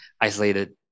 isolated